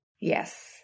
Yes